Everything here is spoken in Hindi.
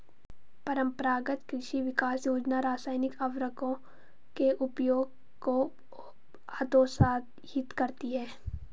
परम्परागत कृषि विकास योजना रासायनिक उर्वरकों के उपयोग को हतोत्साहित करती है